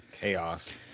Chaos